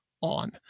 on